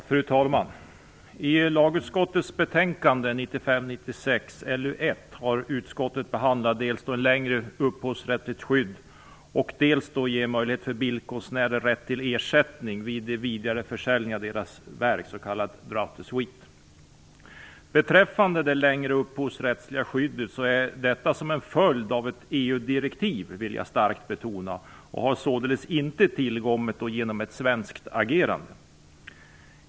Fru talman! I lagutskottets betänkande 1995/96:LU1 har utskottet behandlat dels frågan om ett längre upphovsrättsligt skydd, dels frågan om att ge bildkonstnärer rätt till ersättning vid vidareförsäljning av deras verk, s.k. droit de suite. Ett längre upphovsrättsligt skydd är en följd av ett EU-direktiv, det vill jag starkt betona, och har således inte tillkommit genom ett svenskt agerande.